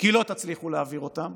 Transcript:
כי לא תצליחו להעביר אותם.